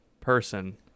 person